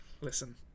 Listen